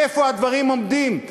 איפה הדברים עומדים?